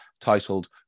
titled